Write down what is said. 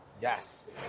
Yes